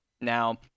Now